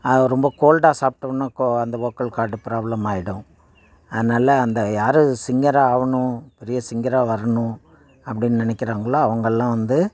அது ரொம்ப கோல்டாக சாப்பிட்டோம்னா கோ அந்த வோக்கல் கார்டு ப்ராப்ளம் ஆகிடும் அதனால் அந்த யார் சிங்கராக ஆகணும் பெரிய சிங்கராக வரணும் அப்படின்னு நினைக்கிறாங்களோ அவங்கள்லாம் வந்து